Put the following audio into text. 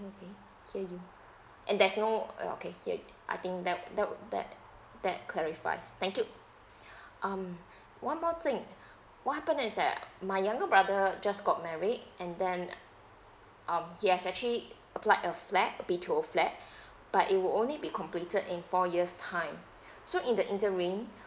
okay here you and there's no uh okay here you I think that um that that that clarifies thank you um one more thing what happen is that my younger brother just got married and then um he has actually plight a flat B_T_O flat but it will only be completed in four years time so in the interim